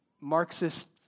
Marxist